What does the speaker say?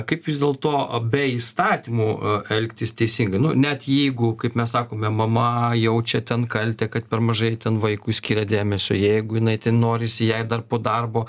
kaip vis dėlto be įstatymų elgtis teisingai nu net jeigu kaip mes sakome mama jaučia ten kaltę kad per mažai ten vaikui skiria dėmesio jeigu jinai ten norisi jai dar po darbo